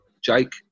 Jake